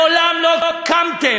מעולם לא קמתם.